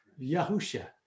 Yahusha